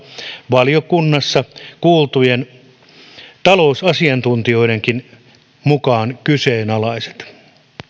valiokunnassa kuultujen talousasiantuntijoidenkin mukaan kyseenalaiset